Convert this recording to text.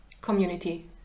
community